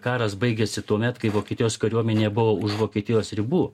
karas baigėsi tuomet kai vokietijos kariuomenė buvo už vokietijos ribų